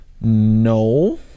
No